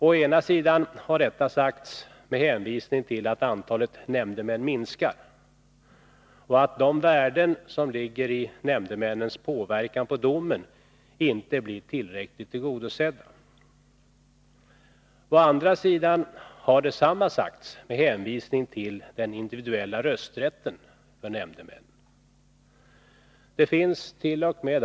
Å ena sidan har RR detta sagts med hänvisning till att antalet nämndemän minskar och att de värden som ligger i nämndemännens påverkan på domen inte blir tillräckligt tillgodosedda. Å andra sidan har detsamma sagts med hänvisning till den individuella rösträtten för nämndemän. Det finnst.o.m.